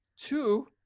Two